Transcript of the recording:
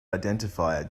identifier